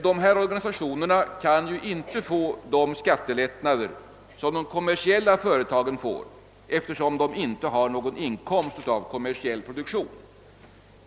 Dessa organisationer kan inte få de skattelättnader som de kommersiella företagen får, eftersom de inte har någon inkomst av kommersiell produktion.